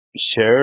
share